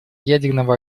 ядерного